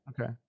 Okay